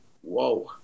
Whoa